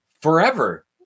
forever